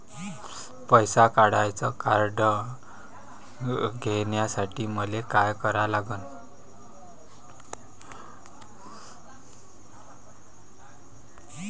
पैसा काढ्याचं कार्ड घेण्यासाठी मले काय करा लागन?